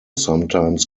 sometimes